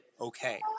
okay